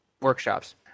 workshops